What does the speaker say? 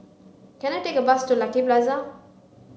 can I take a bus to Lucky Plaza